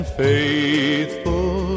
faithful